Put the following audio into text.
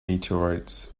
meteorites